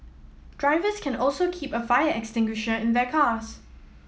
drivers can also keep a fire extinguisher in their cars